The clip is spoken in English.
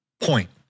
point